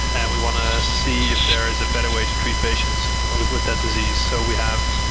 and we want to see if there is a better way to treat patients with with that disease. so we have,